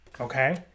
okay